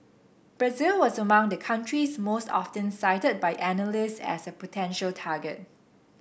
Brazil was among the countries most often cited by analysts as a potential target